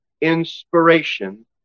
inspiration